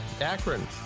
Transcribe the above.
Akron